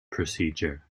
procedure